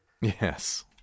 Yes